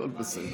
הכול בסדר.